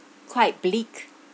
quite bleak